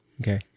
Okay